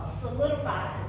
solidifies